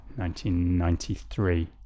1993